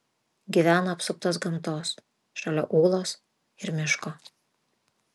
gyveno apsuptas gamtos šalia ūlos ir miško